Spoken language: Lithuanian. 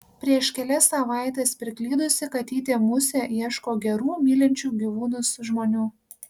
prieš kelias savaites priklydusi katytė musė ieško gerų mylinčių gyvūnus žmonių